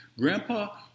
Grandpa